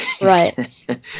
right